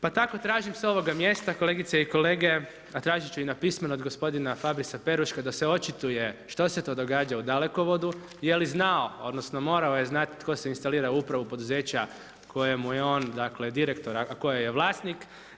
Pa tako tražim s ovoga mjesta, kolegice i kolege, a tražiti ću i na pismenom od gospodina Fabrisa Peruška da se očituje što se to događa u Dalekovodu, je li znao, odnosno, morao je znati, tko sve instalira upravu poduzeća kojemu je on direktor a tko je vlasnik.